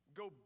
go